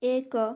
ଏକ